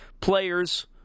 players